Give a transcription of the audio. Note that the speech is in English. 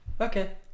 okay